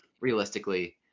realistically